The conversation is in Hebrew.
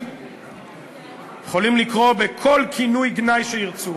הם יכולים לקרוא בכל כינוי גנאי שירצו.